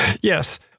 yes